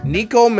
Nico